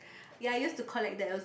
ya I use to collect those